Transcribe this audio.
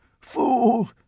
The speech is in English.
Fool